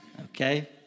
okay